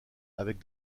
avec